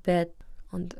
bet ant